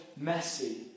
messy